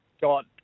got